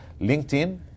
LinkedIn